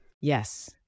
Yes